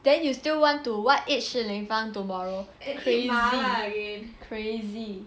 then you still want to what eat Shi Li Fang tomorrow crazy crazy